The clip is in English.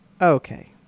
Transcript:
okay